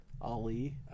Ali